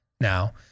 now